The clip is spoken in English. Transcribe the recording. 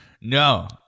No